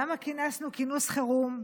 למה כינסנו כינוס חירום?